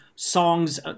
Songs